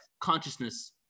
consciousness